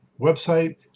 website